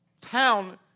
town